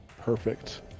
Perfect